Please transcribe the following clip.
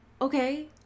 okay